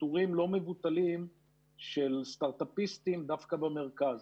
פיטורים לא מבוטלים של סטארט-אפיסטים דווקא במרכז.